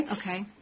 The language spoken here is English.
Okay